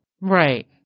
Right